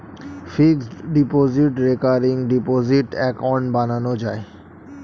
fixed deposit, recurring deposit account বানানো যায়